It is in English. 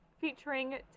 featuring